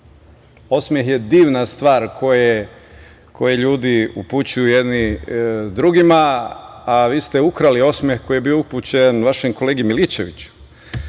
Osmeh je divna stvar koji ljudi upućuju jedni drugima, a vi ste ukrali osmeh koji je bio upućen vašem kolegi Milićeviću,